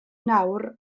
nawr